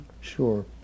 Sure